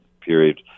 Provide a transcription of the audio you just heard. period